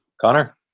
Connor